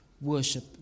worship